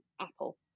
apple